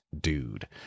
dude